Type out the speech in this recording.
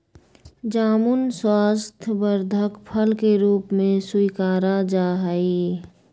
जामुन स्वास्थ्यवर्धक फल के रूप में स्वीकारा जाहई